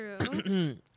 true